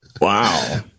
Wow